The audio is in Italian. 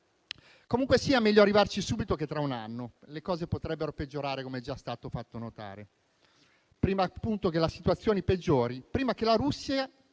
Comunque sia, meglio arrivarci subito che tra un anno - le cose potrebbero peggiorare, come è già stato fatto notare - prima appunto che la situazione peggiori, prima che la Russia